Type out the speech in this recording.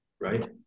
right